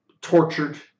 tortured